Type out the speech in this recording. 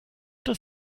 does